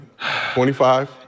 25